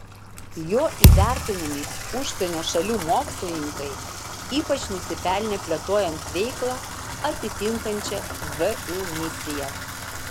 juo įvertinami užsienio šalių mokslininkai ypač nusipelnę plėtojant veiklą atitinkančią vu misiją